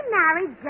married